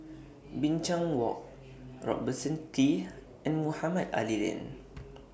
Binchang Walk Robertson Quay and Mohamed Ali Lane